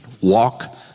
walk